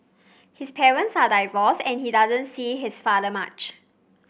his parents are divorced and he doesn't see his father much